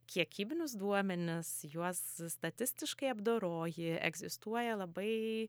kiekybinius duomenis juos statistiškai apdoroji egzistuoja labai